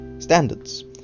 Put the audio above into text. Standards